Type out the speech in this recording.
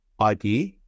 idea